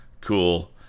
Cool